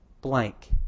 blank